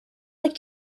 like